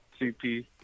CP